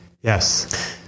Yes